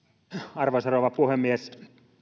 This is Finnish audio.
arvoisa rouva puhemies